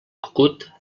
cucut